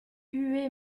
huée